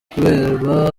kureba